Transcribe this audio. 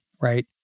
right